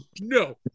no